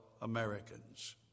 Americans